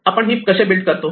आपण हिप कसे बिल्ड करतो